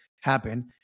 happen